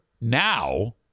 now